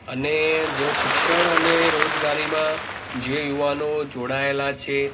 અને જે શિક્ષણ અને રોજગારીમાં જે યુવાનો જોડાયેલા છે